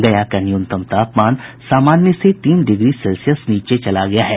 गया का न्यूनतम तापमान सामान्य से तीन डिग्री सेल्सियस नीचे चला गया है